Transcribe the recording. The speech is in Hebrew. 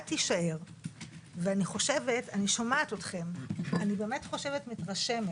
אני שומעת אתכם, אני מתרשמת